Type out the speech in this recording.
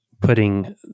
putting